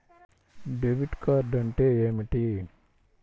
Debit card అంటే ఏమిటి?